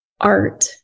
art